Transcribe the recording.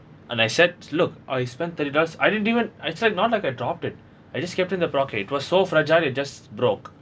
and I said look I spent thirty dollars I didn't even it's like not like I dropped it I just kept in the pocket it was so fragile it just broke